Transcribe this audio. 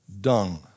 dung